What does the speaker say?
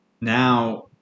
now